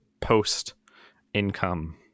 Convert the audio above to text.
post-income